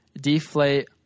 deflate